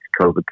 COVID